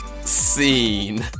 Scene